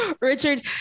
Richard